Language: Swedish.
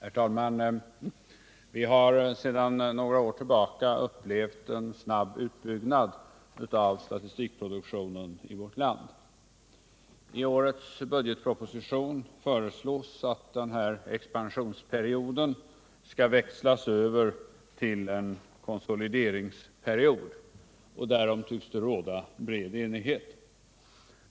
Herr talman! Vi har sedan några år tillbaka upplevt en snabb utbyggnad av statistikproduktionen i vårt land. I årets budgetproposition föreslås att den expansionsperioden växlas över till en konsolideringsperiod, och därom tycks det råda bred enighet.